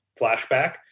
flashback